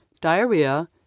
diarrhea